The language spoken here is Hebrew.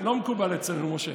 לא מקובל אצלנו, משה.